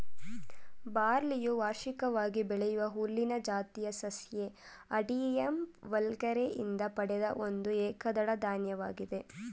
ಬಾರ್ಲಿಯು ವಾರ್ಷಿಕವಾಗಿ ಬೆಳೆಯುವ ಹುಲ್ಲಿನ ಜಾತಿಯ ಸಸ್ಯ ಹಾರ್ಡಿಯಮ್ ವಲ್ಗರೆ ಯಿಂದ ಪಡೆದ ಒಂದು ಏಕದಳ ಧಾನ್ಯವಾಗಿದೆ